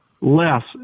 less